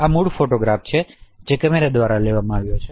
આ મૂળ ફોટોગ્રાફ છે જે કેમેરા દ્વારા લેવામાં આવ્યો છે